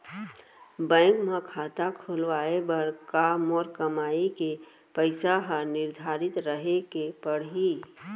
Bank म खाता खुलवाये बर का मोर कमाई के पइसा ह निर्धारित रहे के पड़ही?